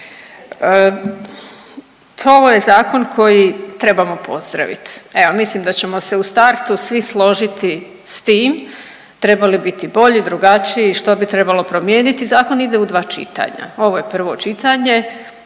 to je zakon koji trebamo pozdraviti. Evo mislim da ćemo se u startu svi složiti s tim, treba li biti bolji, drugačiji i što bi trebalo promijeniti. Zakon ide u dva čitanja, ovo je prvo čitanje,